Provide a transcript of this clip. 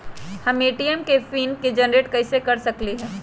हम ए.टी.एम के pin generate कईसे कर सकली ह?